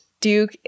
Duke